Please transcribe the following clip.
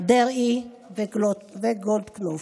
דרעי וגולדקנופ.